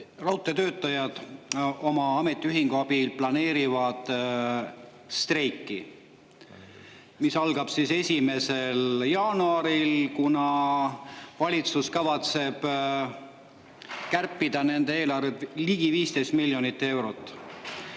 raudteetöötajad oma ametiühingu abil planeerivad streiki, mis algab 1. jaanuaril, kuna valitsus kavatseb kärpida nende eelarvet ligi 15 miljoni euro